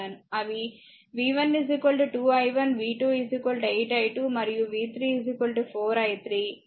అవి v 1 2 i1 v 2 8 i2 మరియు v 3 4 i3